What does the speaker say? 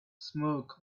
smoke